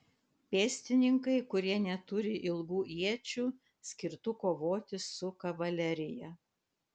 pėstininkai kurie neturi ilgų iečių skirtų kovoti su kavalerija